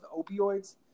opioids